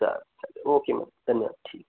चालेल चालेल ओके मम धन्यवाद ठीक आहे